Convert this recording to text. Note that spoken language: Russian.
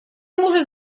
может